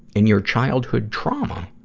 in your childhood trauma,